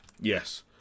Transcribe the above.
Yes